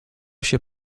się